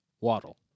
Waddle